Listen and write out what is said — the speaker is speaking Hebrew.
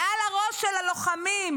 מעל הראש של הלוחמים,